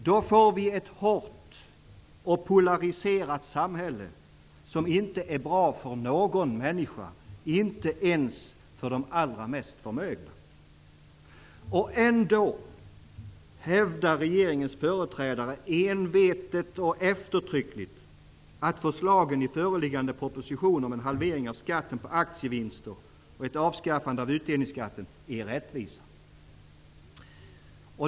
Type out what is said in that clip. Då får vi ett hårt och polariserat samhälle som inte är bra för någon människa, inte ens för de allra mest förmögna. Ändå hävdar regeringens företrädare envetet och eftertryckligt att förslagen i föreliggande proposition om en halvering av skatten på aktievinster och ett avskaffande av utdelningsskatten är rättvisa.